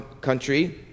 country